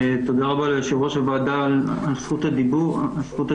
תודה רבה ליושב-ראש הוועדה על זכות הדיבור.